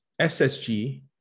SSG